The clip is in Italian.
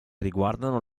riguardano